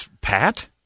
Pat